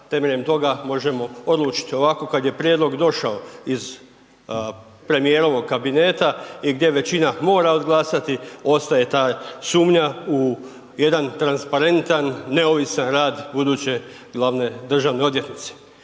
temeljem toga možemo odlučiti. Ovako kada je prijedlog došao iz premijerovog kabineta i gdje većina mora odglasati, ostaje ta sumnja u jedan transparentan, neovisan rad buduće glavne državne odvjetnice.